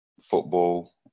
football